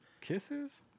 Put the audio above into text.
kisses